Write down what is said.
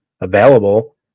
available